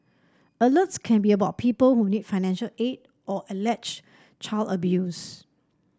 alerts can be about people who need financial aid or alleged child abuse